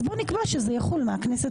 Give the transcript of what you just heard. אז בואו נקבע שזה יחול מהכנסת הבאה.